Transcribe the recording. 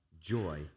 joy